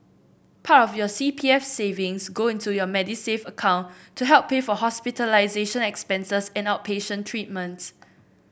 part of your C P F savings go into your Medisave account to help pay for hospitalization expenses and outpatient treatments